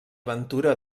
ventura